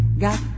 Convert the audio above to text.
Got